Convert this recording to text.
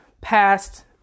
passed